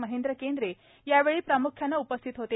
महेंद्र केंद्रे प्रामुख्याने उपस्थित होते